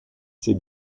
ses